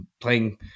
playing